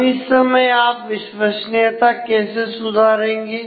अब इस समय आप विश्वसनीयता कैसे सुधारेंगे